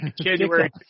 January